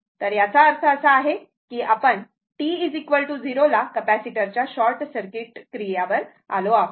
तर याचा अर्थ असा आहे की आपण t 0 ला कॅपेसिटरच्या शॉर्ट सर्किट क्रिया वर आलो आहोत